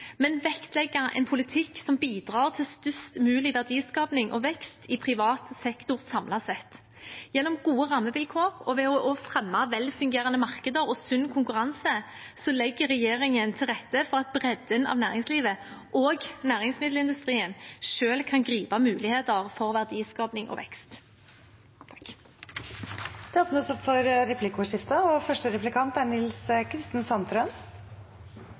men vektlegge en politikk som bidrar til størst mulig verdiskaping og vekst i privat sektor samlet sett. Gjennom gode rammevilkår og ved å fremme velfungerende markeder og sunn konkurranse legger regjeringen til rette for at bredden av næringslivet, også næringsmiddelindustrien, selv kan gripe muligheter for verdiskaping og vekst.